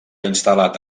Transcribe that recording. instal·lat